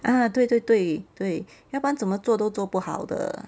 ah 对对对对要不然怎么做都做不好的